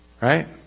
Right